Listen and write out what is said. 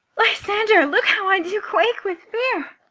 lysander, look how i do quake with fear.